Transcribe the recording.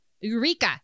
Eureka